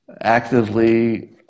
actively